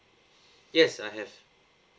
yes I have